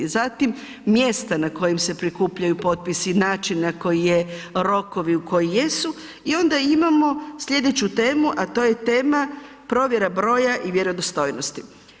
Zatim mjesta na kojim se prikupljaju potpisi, način na koji je, rokovi koji jesu i onda imamo slijedeću temu a to je tema provjera broja i vjerodostojnosti.